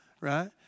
right